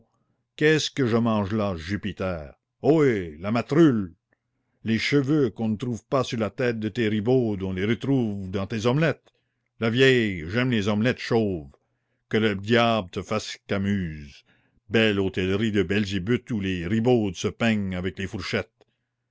qu'est-ce que je mange là jupiter ohé la matrulle les cheveux qu'on ne trouve pas sur la tête de tes ribaudes on les retrouve dans tes omelettes la vieille j'aime les omelettes chauves que le diable te fasse camuse belle hôtellerie de belzébuth où les ribaudes se peignent avec les fourchettes